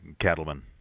cattlemen